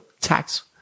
tax